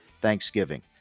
Thanksgiving